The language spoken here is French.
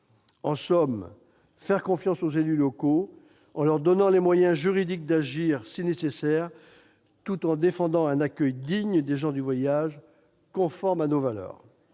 en somme, de faire confiance aux élus locaux, en leur donnant les moyens juridiques d'agir si nécessaire tout en défendant un accueil digne des gens du voyage, conforme à nos valeurs.